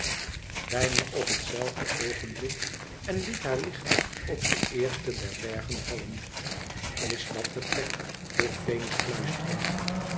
bijna op hetzelfde oogenblik en liet haar licht op den eersten der bergen vallen is dat de plek vroeg venus fluisterend